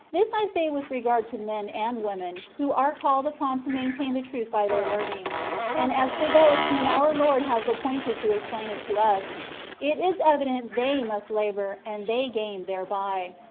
this i say with regard to men and women who are called upon to maintain the truth by their learning and as for those whom our lord has appointed to explain it to us it is evident they must labour, and they gain thereby.